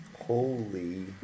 Holy